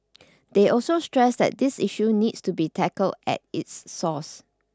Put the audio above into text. they also stressed that this issue needs to be tackled at its source